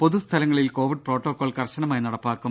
പൊതുസ്ഥലങ്ങളിൽ Covid protocol കർശനമായി നടപ്പാക്കും